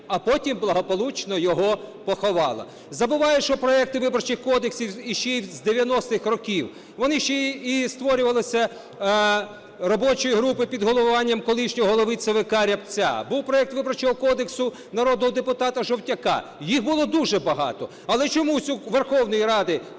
а потім благополучно його поховала, забувають, що проекти виборчих кодексів іще з 90-х років. Вони ще і створювалися робочою групою під головуванням колишнього голови ЦВК Рябця, був проект Виборчого кодексу народного депутата Жовтяка, їх було дуже багато. Але чомусь у Верховної Ради